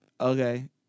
Okay